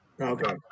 Okay